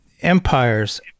empires